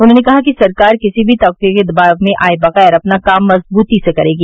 उन्होंने कहा कि सरकार किसी भी तबके के दबाव में आए बगैर अपना काम मजबूती से करेगी